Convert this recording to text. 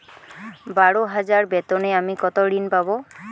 বারো হাজার বেতনে আমি কত ঋন পাব?